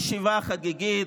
זו לא ישיבה חגיגית.